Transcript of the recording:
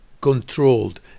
controlled